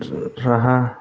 राहा